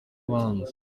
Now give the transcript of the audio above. abanza